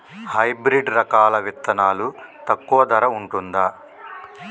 Hybrid రకాల విత్తనాలు తక్కువ ధర ఉంటుందా?